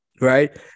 right